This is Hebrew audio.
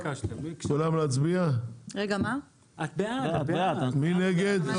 כולם להצביע, מי נגד?